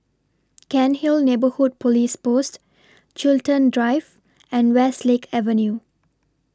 Cairnhill Neighbourhood Police Post Chiltern Drive and Westlake Avenue